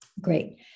Great